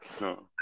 no